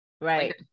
right